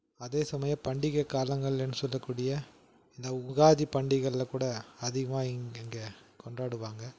அதே சமயம் பண்டிகை காலங்கள்ன்னு சொல்லக்கூடிய இந்த உகாதி பண்டிகையில் கூட அதிகமாக இங் இங்கே கொண்டாடுவாங்க